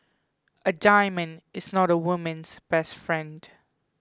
a diamond is not a woman's best friend